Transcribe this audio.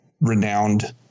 renowned